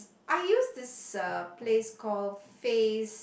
I use this uh place called fay's